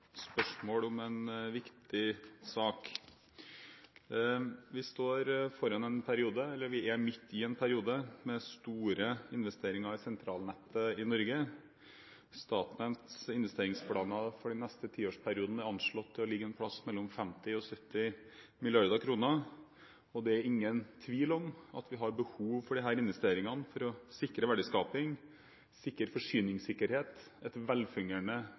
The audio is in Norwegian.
spørsmål om en viktig sak. Vi er midt i en periode med store investeringer i sentralnettet i Norge. Statnetts investeringsplaner for den neste tiårsperioden er anslått til å ligge en plass mellom 50–70 mrd. kr. Det er ingen tvil om at vi har behov for disse investeringene for å sikre verdiskaping, forsyningssikkerhet, et velfungerende